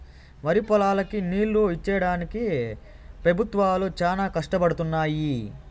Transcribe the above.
వరిపొలాలకి నీళ్ళు ఇచ్చేడానికి పెబుత్వాలు చానా కష్టపడుతున్నయ్యి